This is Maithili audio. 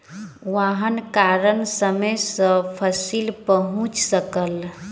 वाहनक कारणेँ समय सॅ फसिल पहुँच सकल